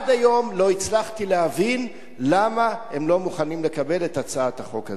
עד היום לא הצלחתי להבין למה הם לא מוכנים לקבל את הצעת החוק הזאת.